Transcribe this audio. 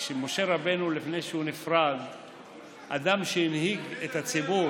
משה רבנו, אדם שהנהיג את הציבור